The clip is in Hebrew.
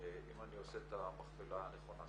אם אני עושה את המכפלה הנכונה.